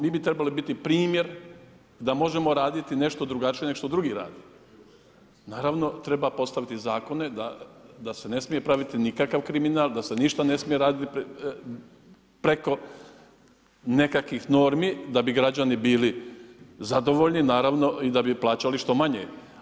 Mi bi trebali biti primjer da možemo raditi nešto drugačije nego što drugi rade, naravno treba postaviti zakone da se ne smije praviti nikakav kriminal, da se ništa ne smije raditi preko nekakvih normi da bi građani bili zadovoljni i da bi plaćali što manje.